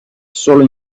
solo